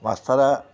मास्टारा